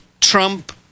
Trump